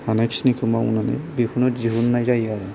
हानायखिनिखौ मावनानै बेखौनो दिहुननाय जायो आरो